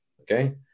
Okay